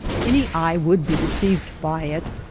any eye would be deceived by it.